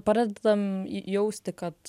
pradedam jausti kad